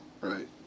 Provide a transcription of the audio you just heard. right